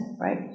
Right